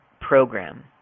program